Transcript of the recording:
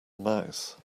mouth